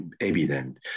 evident